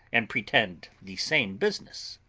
and pretend the same business.